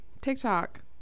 TikTok